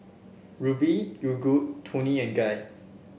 Rubi Yogood Toni and Guy